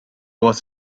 was